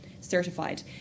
certified